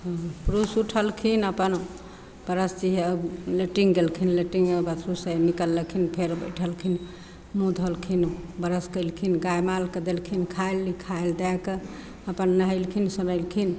पुरुष उठलखिन अपन ब्रश जीविया लेटरिन गेलखिन लेटरिन बाथरूमसँ निकलखिन फेर बैठलखिन मुँह धोलखिन ब्रश कयलखिन गाय मालके देलखिन खाय लए खाय लए दए कऽ अपन नहेलखिन सुनेलखिन